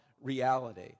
reality